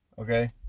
Okay